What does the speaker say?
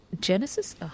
Genesis